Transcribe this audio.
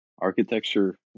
architecture